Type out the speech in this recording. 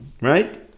Right